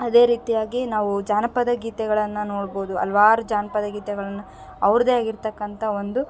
ಅದೇ ರೀತಿಯಾಗಿ ನಾವು ಜಾನಪದ ಗೀತೆಗಳನ್ನು ನೋಡ್ಬೌದು ಹಲ್ವಾರು ಜಾನಪದ ಗೀತೆಗಳನ್ನು ಅವ್ರದ್ದೆ ಆಗಿರ್ತಕ್ಕಂಥ ಒಂದು